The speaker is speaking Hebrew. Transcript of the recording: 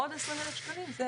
עוד 20,000 שקלים זה